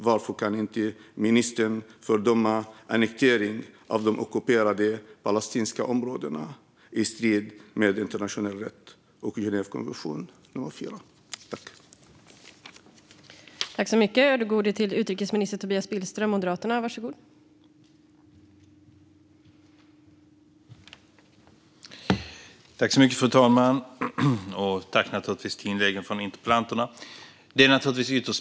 Varför kan inte ministern fördöma annekteringen av de ockuperade palestinska områdena i strid med internationell rätt och Genèvekonventionen IV?